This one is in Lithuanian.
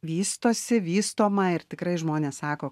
vystosi vystoma ir tikrai žmonės sako